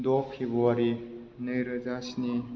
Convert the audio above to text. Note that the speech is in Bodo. द फेब्रुवारि नैरोजा स्नि